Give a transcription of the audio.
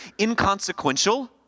inconsequential